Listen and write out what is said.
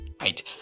Right